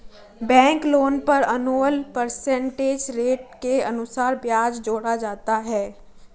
bank loan पर annual percentage rate के अनुसार ब्याज जोड़ा जाता है